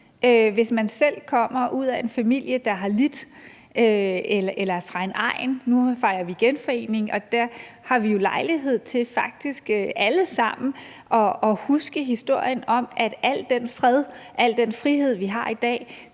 hvis man selv kommer ud af en familie eller fra en egn, der har lidt. Nu fejrer vi genforeningen, og der har vi jo faktisk alle sammen lejlighed til at huske historien om, at al den fred, al den frihed, vi har i dag,